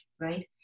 right